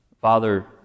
Father